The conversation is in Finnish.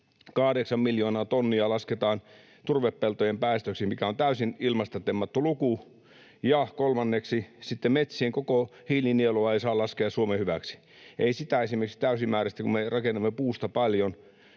miljoonaa tonnia lasketaan turvepeltojen päästöksi, mikä on täysin ilmasta temmattu luku, ja kolmanneksi sitten metsien koko hiilinielua ei saa laskea Suomen hyväksi. Esimerkiksi kun rakennamme puusta paljon